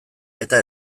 eta